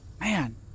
man